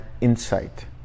insight